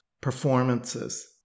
performances